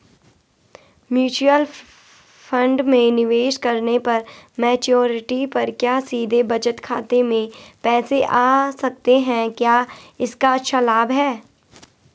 Mutual fund में निवेश करने पर मैच्योरिटी पर क्या सीधे बचत खाते में पैसे आ सकते हैं क्या इसका अच्छा लाभ है?